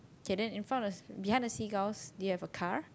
K then in front of the behind the seagulls do you have a car